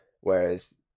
Whereas